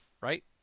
Right